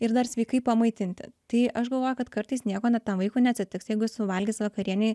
ir dar sveikai pamaitinti tai aš galvoju kad kartais nieko net tam vaikui neatsitiks jeigu jis suvalgys vakarienei